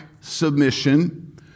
submission